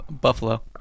Buffalo